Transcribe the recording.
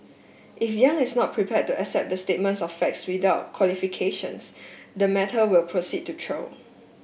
if Yang is not prepared to accept the statements of facts without qualifications the matter will proceed to trial